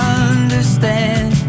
understand